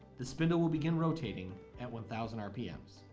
the spindle will begin rotating at one thousand rpm's.